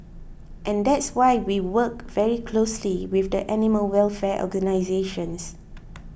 and that's why we work very closely with the animal welfare organisations